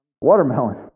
watermelon